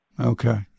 Okay